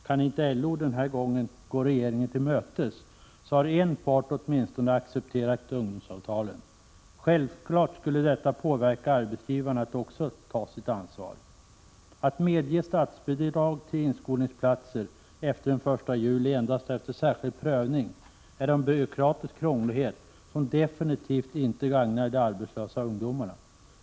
Kan inte LO den här gången gå regeringen till mötes, så att åtminstone en part har accepterat ungdomsavtalen? Självfallet skulle detta påverka arbetsgivarna att också de tar sitt ansvar. Att medge statsbidrag till inskolningsplatser efter den 1 juli endast efter särskild prövning är en byråkratisk krånglighet som definitivt inte gagnar de arbetslösa ungdomarna.